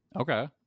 Okay